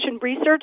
research